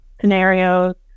scenarios